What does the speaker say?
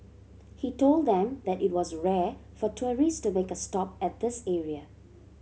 he told them that it was rare for tourist to make a stop at this area